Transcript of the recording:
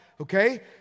okay